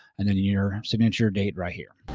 and then your signature, date, right here.